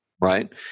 right